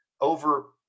over